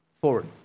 forward